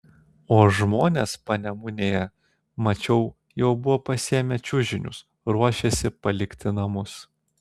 o žmonės panemunėje mačiau jau buvo pasiėmę čiužinius ruošėsi palikti namus